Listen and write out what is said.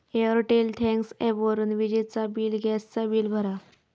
Airtel thanks ॲपवरून विजेचा bill, gas चा बिल भरा